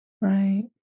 Right